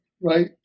right